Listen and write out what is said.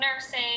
nursing